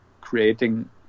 creating